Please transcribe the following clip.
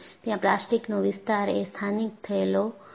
ત્યાં પ્લાસ્ટિકનો વિસ્તાર એ સ્થાનિક થયેલો છે